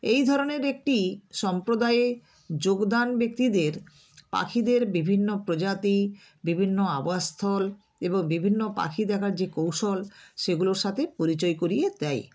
এই ধরনের একটি সম্প্রদায়ে যোগদান ব্যক্তিদের পাখিদের বিভিন্ন প্রজাতি বিভিন্ন আবাসস্থল এবং বিভিন্ন পাখি দেখার যে কৌশল সেগুলোর সাথে পরিচয় করিয়ে দেয়